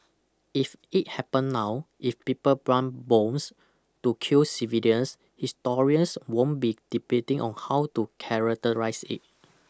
if it happen now if people plant bombs to kill civilians historians won't be debating on how to characterise it